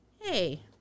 hey